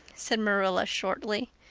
said marilla shortly.